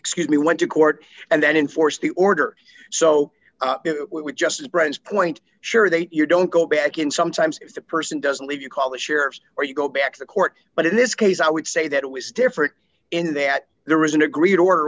excuse me went to court and then enforce the order so it would just as brent's point sure that you don't go back in sometimes if the person doesn't leave you call the sheriff or you go back to court but in this case i would say that it was different in that there was an agreed order